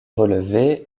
relevée